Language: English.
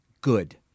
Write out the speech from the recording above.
Good